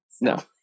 No